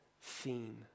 seen